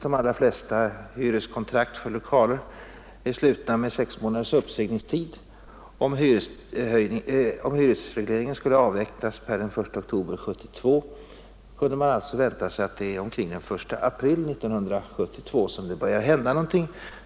De allra flesta hyreskontrakt är slutna med sex månaders uppsägningstid, och om hyresregleringen skulle avvecklas per den 1 oktober 1972 kunde man alltså vänta sig att det skulle vara omkring den 1 april 1972 som det började hända någonting.